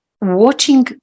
watching